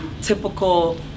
typical